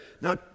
Now